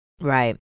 Right